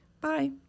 Bye